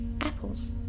apples